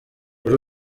kuri